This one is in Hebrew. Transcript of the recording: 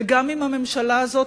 וגם אם הממשלה הזאת,